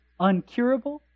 uncurable